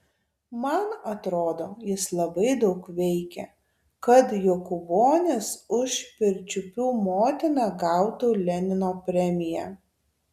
man atrodo jis labai daug veikė kad jokūbonis už pirčiupių motiną gautų lenino premiją